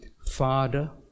Father